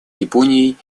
японией